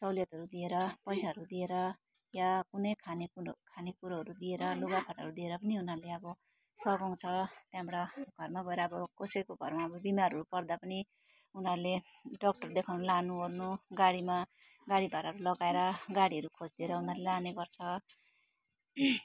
सहुलियतहरू दिएर पैसाहरू दिएर या कुनै खाने कुरो खानेकुरोहरू दिएर लुगाफाटाहरू दिएर पनि उनीहरूले अब सघाउँछ त्यहाँबाट घरमा गएर अब कसैको घरमा अब बिमारहरू पर्दा पनि उनीहरूले डक्टर देखाउनु लानुओर्नु गाडीमा गाडी भाडाहरू लगाएर गाडीहरू खोजी दिएर उनीहरूले लाने गर्छ